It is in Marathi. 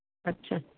अच्छा